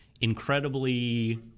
incredibly